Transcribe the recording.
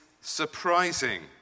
surprising